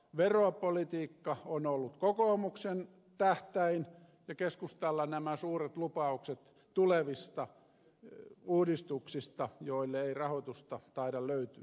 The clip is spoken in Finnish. veropolitiikka on ollut kokoomuksen tähtäin ja keskustalla nämä suuret lupaukset tulevista uudistuksista joille ei rahoitusta taida löytyä